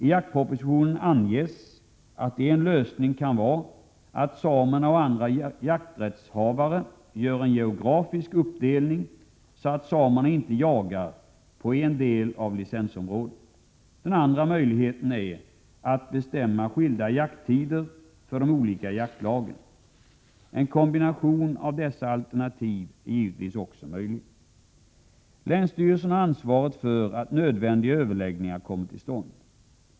I jaktpropositionen anges att en lösning kan vara att samerna och andra jakträttshavare gör en geografisk uppdelning, så att samerna inte jagar på en del av licensområdet. Den andra möjligheten är att bestämma skilda jakttider för de olika jaktlagen. En kombination av dessa alternativ är givetvis också möjlig. Länsstyrelsen har ansvaret för att nödvändiga överläggningar kommer till stånd.